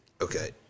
Okay